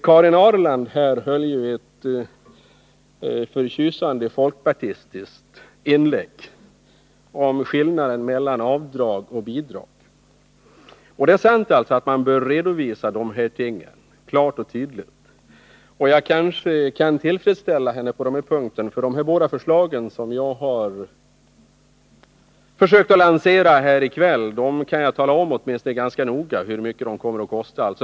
Karin Ahrland gjorde ett förtjusande folkpartistiskt inlägg om skillnaden mellan avdrag och bidrag. Det är sant att dessa ting klart och tydligt bör redovisas. Jag hoppas att jag på de här punkterna kan ge henne ett tillfredsställande svar. Jag kan ganska exakt tala om hur mycket de båda förslag som jag har försökt att lansera här i kväll kommer att kosta.